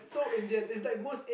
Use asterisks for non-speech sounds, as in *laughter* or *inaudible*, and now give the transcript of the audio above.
*breath*